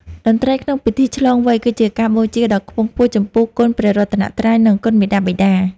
តន្ត្រីក្នុងពិធីឆ្លងវ័យ គឺជាការបូជាដ៏ខ្ពង់ខ្ពស់ចំពោះគុណព្រះរតនត្រ័យ និងគុណមាតាបិតា។